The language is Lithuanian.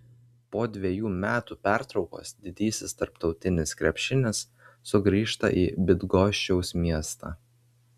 po dvejų metų pertraukos didysis tarptautinis krepšinis sugrįžta į bydgoščiaus miestą